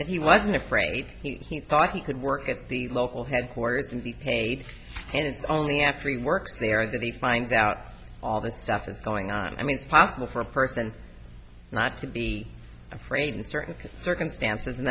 that he wasn't afraid he thought he could work at the local headquarters and it's only after he works there that he finds out all this stuff is going on i mean it's possible for a person not to be afraid in certain circumstances and